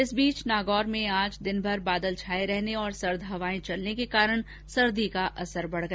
इस बीच नागौर में आज दिनभर बादल छाये रहने और सर्द हवाए चलने के कारण सर्दी का असर बढ़ गया